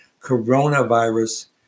coronavirus